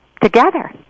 together